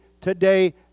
today